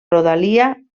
rodalia